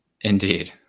Indeed